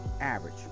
average